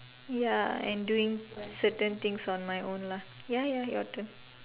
ya and doing certain things on my own lah ya ya your turn